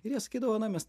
ir jie sakydavo na mes